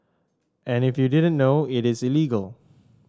and if you didn't know it is illegal